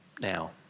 now